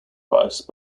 price